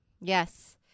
Yes